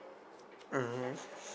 mmhmm